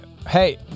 Hey